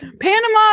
Panama